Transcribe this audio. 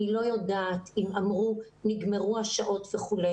אני לא יודעת אם אמרו נגמרו השעות וכו'.